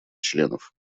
членов